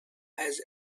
has